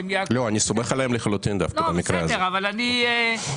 במקרה הזה אני לחלוטין סומך עליהם.